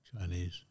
Chinese